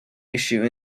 issue